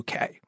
UK